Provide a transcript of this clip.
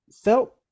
felt